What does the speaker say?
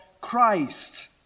Christ